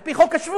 על-פי חוק השבות.